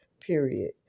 period